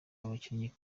abakinnyi